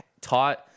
taught